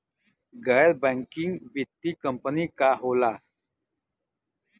गैर बैकिंग वित्तीय कंपनी का होला?